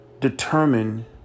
Determine